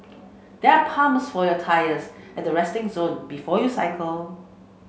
there are pumps for your tyres at the resting zone before you cycle